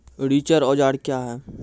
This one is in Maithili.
रिचर औजार क्या हैं?